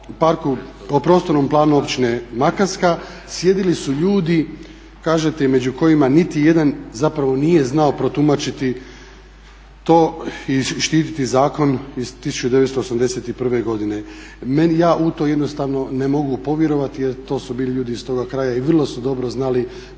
o prostornom parku općine Makarska sjedili ste ljudi kažete i među kojima niti jedan zapravo nije znao protumačiti to i štititi zakon iz 1981.godine. Ja u to jednostavno ne mogu povjerovati jer to su bili ljudi iz toga kraja i vrlo su dobro znali